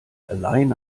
allein